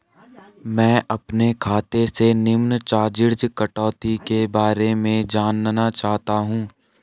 मैं अपने खाते से निम्न चार्जिज़ कटौती के बारे में जानना चाहता हूँ?